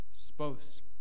supposed